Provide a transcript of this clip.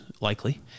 likely